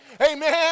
Amen